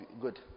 good